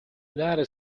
united